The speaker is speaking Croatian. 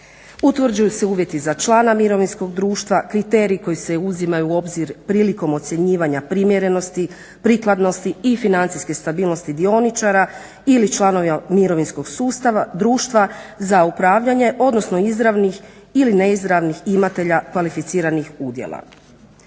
Utvrđuju se uvjeti za člana mirovinskog društva, kriteriji koji se uzimaju u obzir prilikom ocjenjivanja primjerenosti, prikladnosti i financijske stabilnosti dioničara ili članova mirovinskog sustava, društva za upravljanje odnosno izravnih ili neizravnih imatelja kvalificiranih udjela.